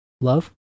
Love